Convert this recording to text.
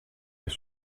les